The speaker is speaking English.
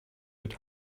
good